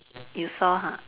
you saw ha